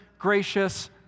Gracious